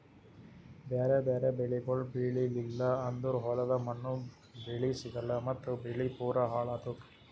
ಬ್ಯಾರೆ ಬ್ಯಾರೆ ಬೆಳಿಗೊಳ್ ಬೆಳೀಲಿಲ್ಲ ಅಂದುರ್ ಹೊಲದ ಮಣ್ಣ, ಬೆಳಿ ಸಿಗಲ್ಲಾ ಮತ್ತ್ ಬೆಳಿ ಪೂರಾ ಹಾಳ್ ಆತ್ತುದ್